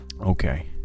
Okay